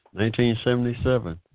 1977